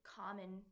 common